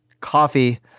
coffee